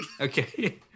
Okay